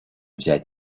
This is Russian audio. взять